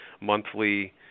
monthly